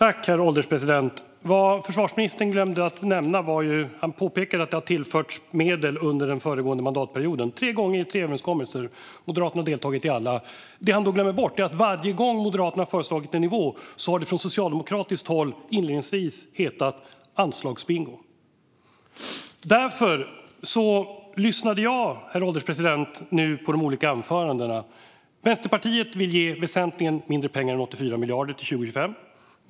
Herr ålderspresident! Försvarsministern glömde att nämna en sak. Han påpekade att medel har tillförts under den föregående mandatperioden, tre gånger i tre överenskommelser. Moderaterna har deltagit i alla. Det han glömde bort är att varje gång Moderaterna har föreslagit en nivå har det från socialdemokratiskt håll inledningsvis kallats anslagsbingo. Jag lyssnade därför nu, herr ålderspresident, på de olika anförandena. Vänsterpartiet vill ge väsentligt mindre pengar än 84 miljarder till 2025.